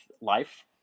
life